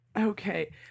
Okay